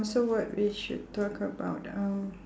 so what we should talk about um